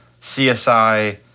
CSI